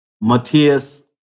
Matthias